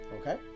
okay